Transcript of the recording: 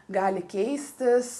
gali keistis